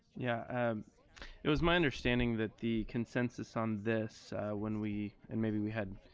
yeah um it was my understanding that the consensus on this when we and maybe we had